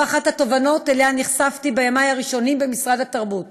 זו אחת התובנות שאליה נחשפתי בימי הראשונים במשרד התרבות.